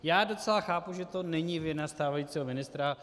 Já docela chápu, že to není vina stávajícího ministra.